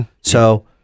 So-